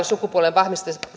sukupuolen